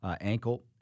ankle